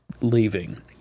leaving